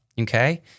okay